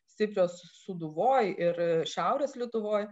stiprios sūduvoj ir šiaurės lietuvoj